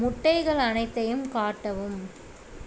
முட்டைகள் அனைத்தையும் காட்டவும்